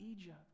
Egypt